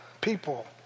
people